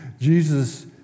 Jesus